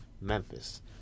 Memphis